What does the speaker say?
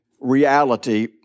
reality